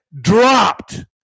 dropped